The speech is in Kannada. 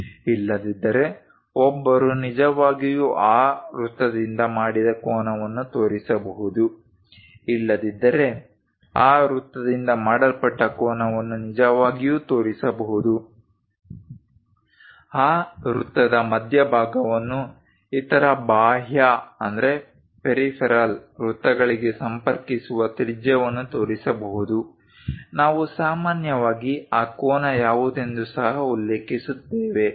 ಇಲ್ಲದಿದ್ದರೆ ಒಬ್ಬರು ನಿಜವಾಗಿಯೂ ಆ ವೃತ್ತದಿಂದ ಮಾಡಿದ ಕೋನವನ್ನು ತೋರಿಸಬಹುದು ಇಲ್ಲದಿದ್ದರೆ ಆ ವೃತ್ತದಿಂದ ಮಾಡಲ್ಪಟ್ಟ ಕೋನವನ್ನು ನಿಜವಾಗಿಯೂ ತೋರಿಸಬಹುದು ಆ ವೃತ್ತದ ಮಧ್ಯಭಾಗವನ್ನು ಇತರ ಬಾಹ್ಯ ವೃತ್ತಗಳಿಗೆ ಸಂಪರ್ಕಿಸುವ ತ್ರಿಜ್ಯವನ್ನು ತೋರಿಸಬಹುದು ನಾವು ಸಾಮಾನ್ಯವಾಗಿ ಆ ಕೋನ ಯಾವುದೆಂದು ಸಹ ಉಲ್ಲೇಖಿಸುತ್ತೇವೆ